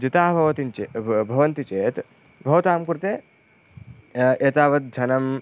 जिताः भवति चेत् भव् भवन्ति चेत् भवतां कृते एतावत् धनं